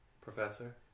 Professor